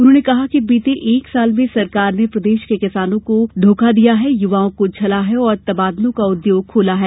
उन्होंने कहा कि बीते एक साल में सरकार ने प्रदेश के किसानों को धोखा दिया है युवाओं को छला है और तबादलों का उद्योग खोला है